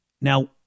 Now